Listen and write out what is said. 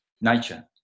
nature